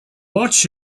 watch